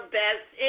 best